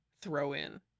throw-in